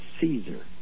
Caesar